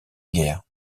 guerre